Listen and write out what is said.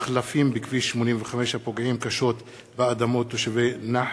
מחלפים בכביש 85 הפוגעים קשות באדמות תושבי נחף,